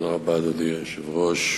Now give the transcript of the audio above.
אדוני היושב-ראש,